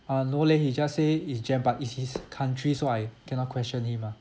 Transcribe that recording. uh no leh he just say is jammed but it's his country so I cannot question him lah